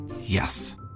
Yes